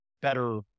better